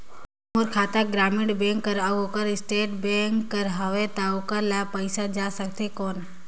मोर खाता ग्रामीण बैंक कर अउ ओकर स्टेट बैंक कर हावेय तो ओकर ला पइसा जा सकत हे कौन?